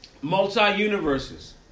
multi-universes